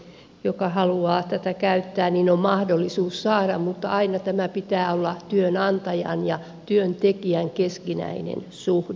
jokaisella joka haluaa tätä käyttää on mahdollisuus mutta aina tämän pitää olla työnantajan ja työntekijän keskinäinen suhde